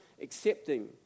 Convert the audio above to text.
accepting